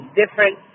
different